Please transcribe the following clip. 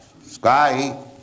Sky